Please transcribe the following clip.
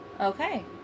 Okay